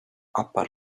upper